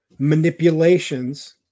Manipulations